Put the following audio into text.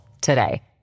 today